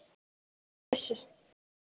अच्छा अच्छा